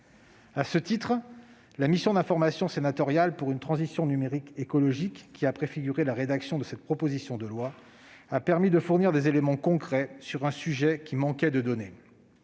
À ce titre, la mission d'information sénatoriale pour une transition numérique écologique, qui a préfiguré la rédaction de cette proposition de loi, a permis de fournir des éléments concrets sur un sujet qui manquait de données.